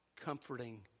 comforting